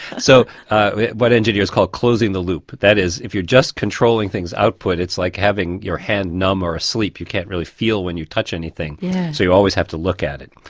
so what engineers call closing the loop, that is if you're just controlling things output it's like having your hand numb or asleep, you can't really feel it when you touch anything so you always have to look at it.